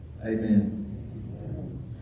Amen